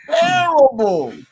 terrible